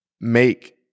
make